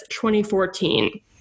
2014